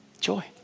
joy